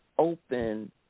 Open